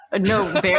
No